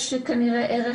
יש כנראה ערך,